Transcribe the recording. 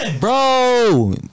Bro